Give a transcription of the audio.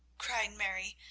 cried mary,